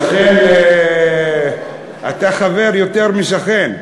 אתה חבר יותר משכן.